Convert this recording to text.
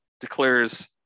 declares